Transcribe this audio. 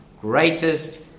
greatest